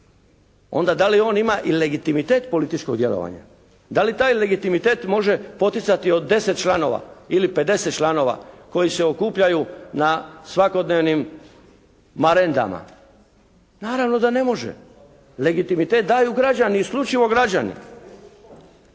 onda da li on ima i legitimitet političkog djelovanja? Da li taj legitimitet može poticati od 10 članova ili 50 članova koji se okupljaju na svakodnevnim marendama? Naravno da ne može. Legitimitet daju građani, isključivo građani.